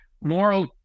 moral